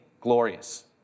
Glorious